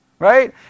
right